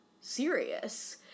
serious